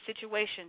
situation